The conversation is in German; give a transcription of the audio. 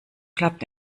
klappt